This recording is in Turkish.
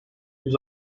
yüz